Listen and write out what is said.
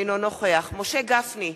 אינו נוכח משה גפני,